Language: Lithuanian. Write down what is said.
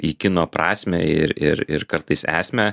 į kino prasmę ir ir ir kartais esmę